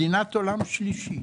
מדינת עולם שלישי.